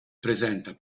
presenta